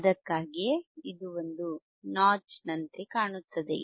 ಅದಕ್ಕಾಗಿಯೇ ಇದು ಒಂದು ನಾಚ್ ನಂತೆ ಕಾಣುತ್ತದೆ